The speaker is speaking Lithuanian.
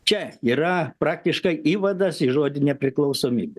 čia yra praktiškai įvadas į žodį nepriklausomybė